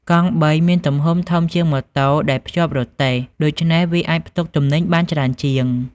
កង់បីមានទំហំធំជាងម៉ូតូដែលភ្ជាប់រទេះ ដូច្នេះវាអាចផ្ទុកទំនិញបានច្រើនជាង។